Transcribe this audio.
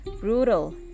brutal